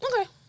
Okay